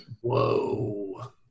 Whoa